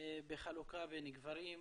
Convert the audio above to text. בחלוקה בין גברים,